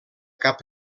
cap